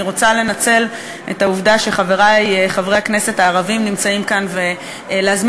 אני רוצה לנצל את העובדה שחברי חברי הכנסת הערבים נמצאים כאן ולהזמין